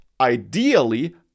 ideally